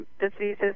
diseases